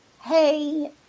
Hey